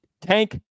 tank